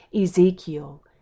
Ezekiel